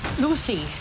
Lucy